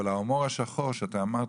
אבל ההומור השחור שאמרת,